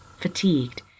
fatigued